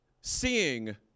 seeing